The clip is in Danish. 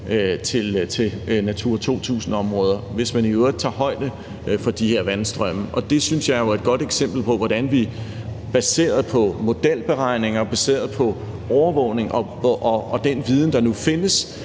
til Natura 2000-områder, hvis man i øvrigt tager højde for de her vandstrømme. Det synes jeg jo er et godt eksempel på, hvordan vi baseret på modelberegninger, overvågning og den viden, der nu findes